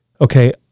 okay